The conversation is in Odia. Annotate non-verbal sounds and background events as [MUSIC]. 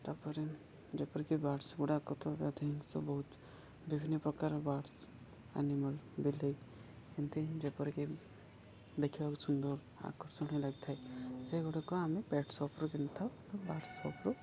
ତା'ପରେ ଯେପରିକି ବାର୍ଡ଼ସ୍ ଗୁଡ଼ାକ ତ [UNINTELLIGIBLE] ବହୁତ ବିଭିନ୍ନ ପ୍ରକାର ବାର୍ଡ଼ସ୍ ଆନିମଲ୍ ବିଲେଇ ଏମିତି ଯେପରିକି ଦେଖିବାକୁ ସୁନ୍ଦର ଆକର୍ଷଣୀୟ ଲାଗିଥାଏ ସେଗୁଡ଼ିକ ଆମେ ପେଟ ସପ୍ରୁୁ କିଣିଥାଉ ବାର୍ଡ଼ ସପ୍ରୁୁ